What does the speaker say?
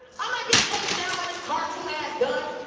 i'm not getting taken down by this cartoon ass gun.